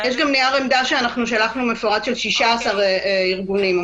יש גם נייר עמדה מפורט של 16 ארגונים ששלחנו.